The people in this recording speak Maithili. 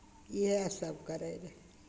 इएहसभ करैत रहय